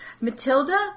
Matilda